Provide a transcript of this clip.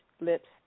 lips